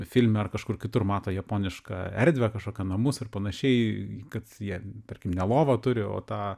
filme ar kažkur kitur mato japonišką erdvę kažkokią namus ir panašiai kad jie tarkim ne lovą turi o tą